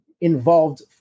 involved